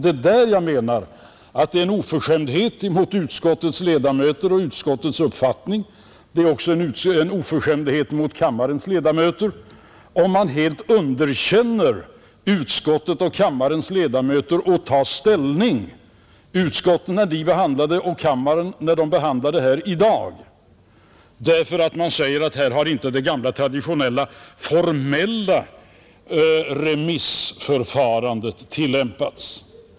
Det är här jag menar att det är en oförskämdhet mot utskottens ledamöter och deras uppfattning liksom mot kammarens ledamöter, om man helt underkänner deras förmåga att ta ställning, när frågan behandlades i utskotten och när den behandlas här i dag, Det gör man då man säger att här har inte det gamla traditionella remissförfarandet tillämpats.